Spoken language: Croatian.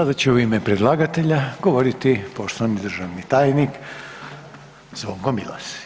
Sada će u ime predlagatelja govoriti poštovani državni tajnik Zvonko Milas.